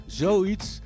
zoiets